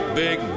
big